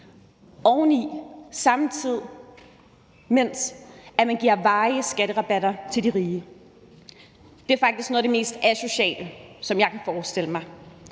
man på samme tid og oven i giver varige skatterabatter til de rige. Det er faktisk noget af det mest asociale, som jeg kan forestille mig.